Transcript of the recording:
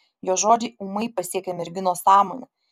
jo žodžiai ūmai pasiekė merginos sąmonę